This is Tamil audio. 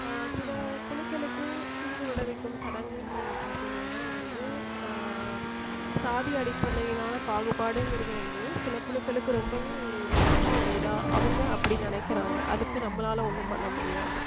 சில குழுக்களுக்கு தீங்கு விளைவிக்கும் சடங்குன்னு நீங்கள் பார்த்தீங்கன்னா வந்து சாதியடிப்படையினால் பாகுபாடுங்கிறது வந்து சில குழுக்களுக்கு ரொம்பவே ஒரு விதமான ஒரு இதாக அவங்க அப்படி நினக்கிறாங்க அதுக்கு நம்மளால் ஒன்றும் பண்ண முடியாது